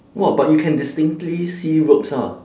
what but you can distinctly see ropes ah